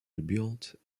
rebuilt